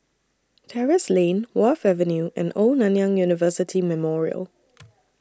Terrasse Lane Wharf Avenue and Old Nanyang University Memorial